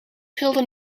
trilde